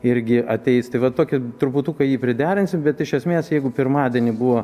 irgi ateis tai va tokį truputuką jį priderinsim bet iš esmės jeigu pirmadienį buvo